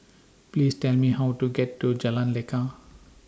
Please Tell Me How to get to Jalan Lekar